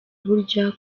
burya